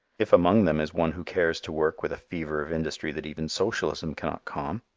if among them is one who cares to work with a fever of industry that even socialism cannot calm,